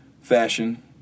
fashion